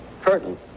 Curtain